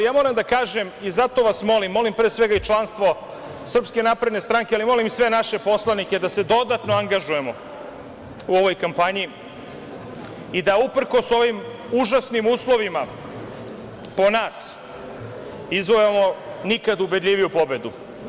Moram da kažem, i zato vas molim, molim pre svega i članstvo Srpske napredne stranke, ali molim i sve naše poslanike da se dodatno angažujemo u ovoj kampanji i da uprkos ovim užasnim uslovima po nas izvojevamo nikad ubedljiviju pobedu.